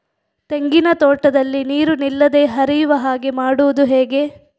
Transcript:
ತೆಂಗಿನ ತೋಟದಲ್ಲಿ ನೀರು ನಿಲ್ಲದೆ ಹರಿಯುವ ಹಾಗೆ ಮಾಡುವುದು ಹೇಗೆ?